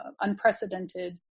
unprecedented